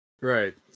right